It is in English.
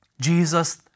Jesus